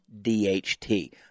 DHT